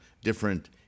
different